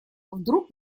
вдруг